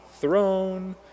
throne